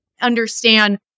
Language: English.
understand